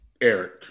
Eric